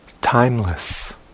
timeless